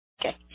okay